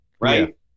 right